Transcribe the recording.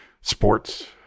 Sports